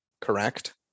correct